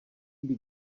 být